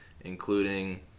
including